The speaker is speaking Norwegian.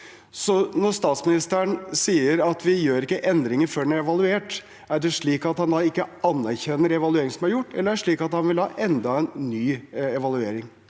Når statsministeren sier at vi ikke gjør endringer før den er evaluert, er det slik at han ikke anerkjenner evalueringen som er gjort, eller er det slik at han vil ha enda en ny evaluering?